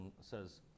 says